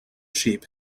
sheep